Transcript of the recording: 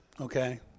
Okay